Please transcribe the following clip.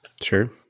Sure